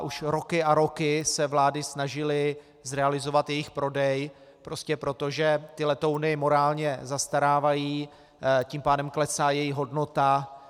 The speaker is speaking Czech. Už roky a roky se vlády snažily zrealizovat jejich prodej prostě proto, že ty letouny morálně zastarávají, tím pádem klesá jejich hodnota.